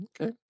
Okay